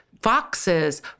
foxes